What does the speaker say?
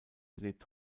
lebt